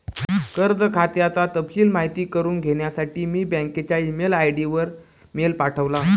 कर्ज खात्याचा तपशिल माहित करुन घेण्यासाठी मी बँकच्या ई मेल आय.डी वर मेल पाठवला